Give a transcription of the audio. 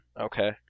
Okay